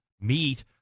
meat